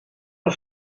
nog